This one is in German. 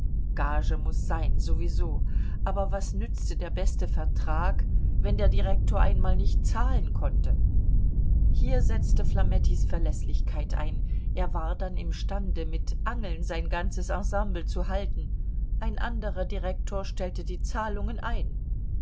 gage muß sein sowieso aber was nützte der beste vertrag wenn der direktor einmal nicht zahlen konnte hier setzte flamettis verläßlichkeit ein er war dann imstande mit angeln sein ganzes ensemble zu halten ein anderer direktor stellte die zahlungen ein